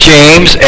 James